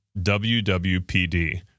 WWPD